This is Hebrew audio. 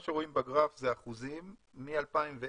מה שרואים בגרף זה אחוזים מ-2010,